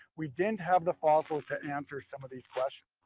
we didn't have the fossils to answer some of these questions.